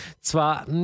zwar